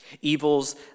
Evils